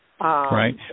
Right